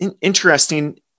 interesting